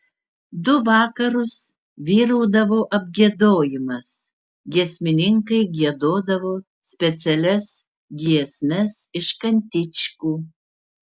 du vakarus vyraudavo apgiedojimas giesmininkai giedodavo specialias giesmes iš kantičkų